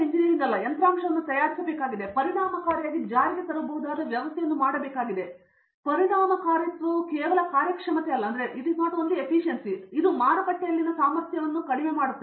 ನಾನು ಯಂತ್ರಾಂಶವನ್ನು ತಯಾರಿಸಬೇಕಾಗಿದೆ ಅಥವಾ ಪರಿಣಾಮಕಾರಿಯಾಗಿ ಜಾರಿಗೆ ತರಬಹುದಾದ ವ್ಯವಸ್ಥೆಯನ್ನು ನಾನು ಮಾಡಬೇಕಾಗಿದೆ ಪರಿಣಾಮಕಾರಿತ್ವವು ಕೇವಲ ಕಾರ್ಯಕ್ಷಮತೆ ಅಲ್ಲ ಆದರೆ ಇದು ಮಾರುಕಟ್ಟೆಯಲ್ಲಿನ ಸಾಮರ್ಥ್ಯವನ್ನು ಕಡಿಮೆ ಮಾಡುತ್ತದೆ